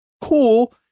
cool